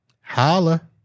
holla